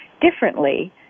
differently